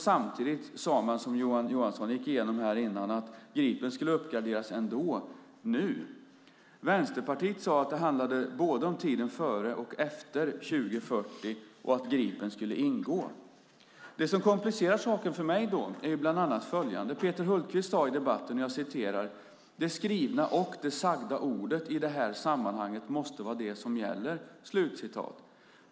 Samtidigt sade man, som Johan Johansson gick igenom här innan, att Gripen ändå skulle uppgraderas nu. Vänsterpartiet sade att det handlade om både tiden före och tiden efter 2040 och att Gripen skulle ingå. Det som komplicerar saken för mig är bland annat följande. Peter Hultqvist sade i debatten att "det skrivna ordet och det sagda ordet i det här sammanhanget måste vara det som gäller".